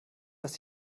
dass